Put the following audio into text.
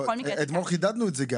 אתמול גם חידדנו את זה.